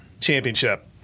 championship